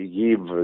give